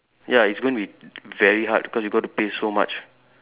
ya it's going to be very hard because you got to pay so much